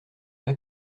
pas